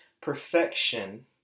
perfection